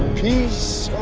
peace